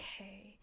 okay